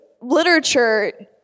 literature